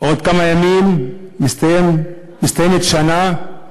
בעוד כמה ימים מסתיימת שנה,